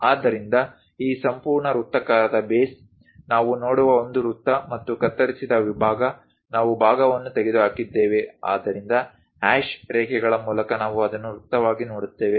ಆದ್ದರಿಂದ ಈ ಸಂಪೂರ್ಣ ವೃತ್ತಾಕಾರದ ಬೇಸ್ ನಾವು ನೋಡುವ ಒಂದು ವೃತ್ತ ಮತ್ತು ಕತ್ತರಿಸಿದ ವಿಭಾಗ ನಾವು ಭಾಗವನ್ನು ತೆಗೆದುಹಾಕಿದ್ದೇವೆ ಆದ್ದರಿಂದ ಹ್ಯಾಶ್ ರೇಖೆಗಳ ಮೂಲಕ ನಾವು ಅದನ್ನು ವೃತ್ತವಾಗಿ ನೋಡುತ್ತೇವೆ